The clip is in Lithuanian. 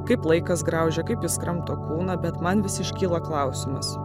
kaip laikas graužia kaip jis kramto kūną bet man vis iškyla klausimas